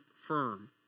firm